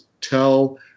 tell